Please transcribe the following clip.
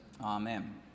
amen